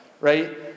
Right